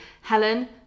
helen